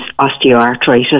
osteoarthritis